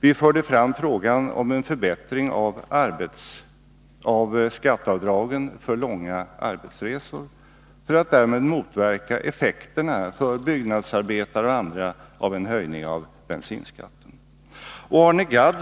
Vi förde fram frågan om en förbättring av skatteavdragen för långa arbetsresor för att därmed motverka effekterna för byggnadsarbetare och andra av en höjning av bensinskatten.